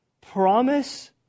promise